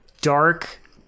dark